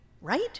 right